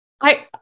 I-